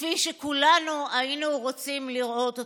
כפי שכולנו היינו רוצים לראות אותם.